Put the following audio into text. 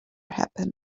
happen